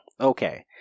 okay